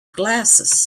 glasses